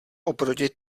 oproti